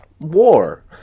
War